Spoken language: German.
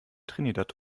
trinidad